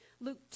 Luke